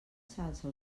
salsa